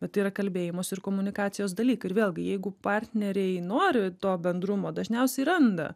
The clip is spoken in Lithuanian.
bet tai yra kalbėjimosi ir komunikacijos dalykai ir vėlgi jeigu partneriai nori to bendrumo dažniausiai randa